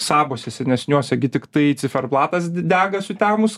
sabuose senesniuose gi tiktai ciferblatas dega sutemus